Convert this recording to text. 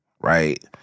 right